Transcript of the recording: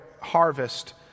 harvest